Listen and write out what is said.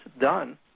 done